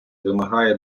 вимагає